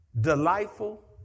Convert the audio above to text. delightful